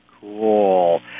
Cool